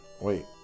Wait